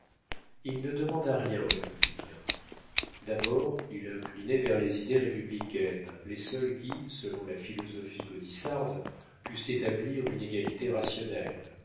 il ne demanda rien aux républicains d'abord il inclinait vers les idées républicaines les seules qui selon la philosophie gaudissarde pussent établir une égalité rationnelle